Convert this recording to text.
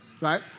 right